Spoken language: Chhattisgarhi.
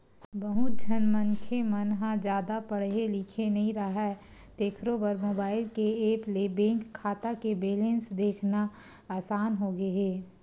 बहुत झन मनखे मन ह जादा पड़हे लिखे नइ राहय तेखरो बर मोबईल के ऐप ले बेंक खाता के बेलेंस देखना असान होगे हे